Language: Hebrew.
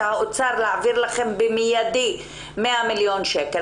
האוצר להעביר לכם מיידית 100 מיליון שקל.